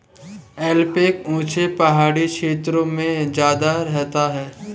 alpaca ऊँचे पहाड़ी क्षेत्रों में ज्यादा रहता है